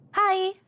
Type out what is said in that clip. Hi